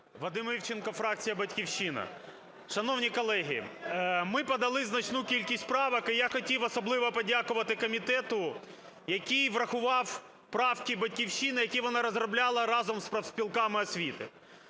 Вадим Івченко, фракція "Батьківщина". Шановні колеги, ми подали значну кількість правок і я хотів особливо подякувати комітету, який врахував правки "Батьківщини", які вона розробляла разом з профспілками освіти.